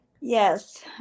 Yes